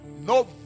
No